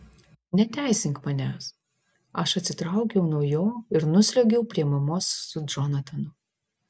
neteisink manęs aš atsitraukiau nuo jo ir nusliuogiau prie mamos su džonatanu